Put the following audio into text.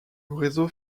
réseau